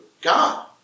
God